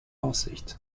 aussicht